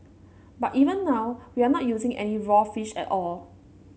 but even now we are not using any raw fish at all